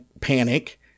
panic